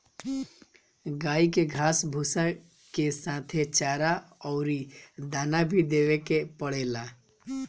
गाई के घास भूसा के साथे चारा अउरी दाना भी देवे के पड़ेला